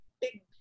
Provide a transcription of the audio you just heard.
big